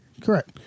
correct